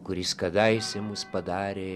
kuris kadaise mus padarė